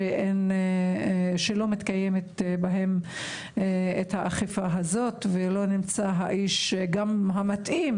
שלא מתקיימת בהם האכיפה הזאת ולא נמצא האיש המתאים